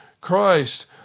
Christ